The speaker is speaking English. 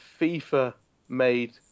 FIFA-made